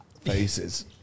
faces